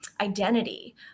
identity